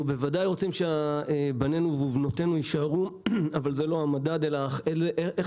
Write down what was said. אנחנו בוודאי רוצים שבנינו ובנותינו יישאר אבל זה לא המדד אלא איך